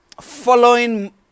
following